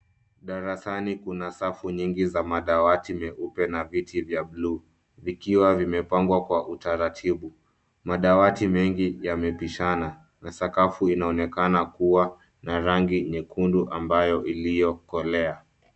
Darasani kuna safu nyingi za madawati meupe na viti vya bluu vikiwa vimepangwa kwa utaratibu. Madawati mengi yamebishana na sakafu inaonekana kuwa na rangi nyekundu iliyokolea.